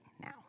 now